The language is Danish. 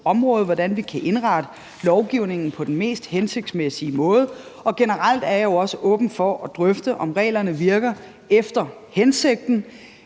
området – hvordan vi kan indrette lovgivningen på den mest hensigtsmæssige måde. Generelt er jeg også åben for at drøfte, om reglerne virker efter hensigten.